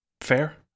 Fair